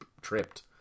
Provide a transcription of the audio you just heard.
tripped